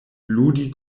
ludi